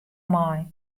mei